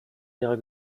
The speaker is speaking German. ihre